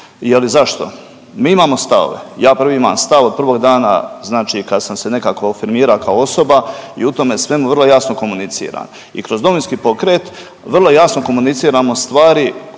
Je li zašto? Mi imamo stavove, ja prvi imam stav od prvog dana znači kad sam se nekako afirmira kao osoba i u tome svemu vrlo jasno komuniciram. I kroz Domovinski pokret vrlo jasno komuniciramo stvari,